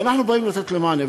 ואנחנו באים לתת להם מענה.